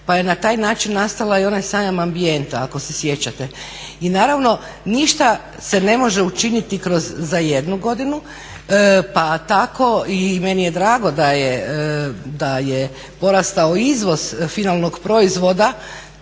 Pa je na taj način nastala i onaj Sajam ambijenta ako se sjećate. I naravno ništa se ne može učiniti za jednu godinu pa tako i meni je drago da je porastao izvoz finalnog proizvoda,